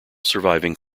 surviving